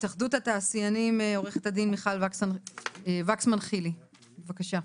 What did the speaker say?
התאחדות התעשיינים, עו"ד מיכל וקסמן חילי, בבקשה.